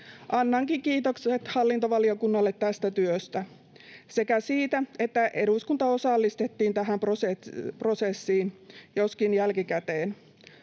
Annankin kiitokset hallintovaliokunnalle tästä työstä sekä siitä, että eduskunta osallistettiin tähän prosessiin, joskin jälkikäteen.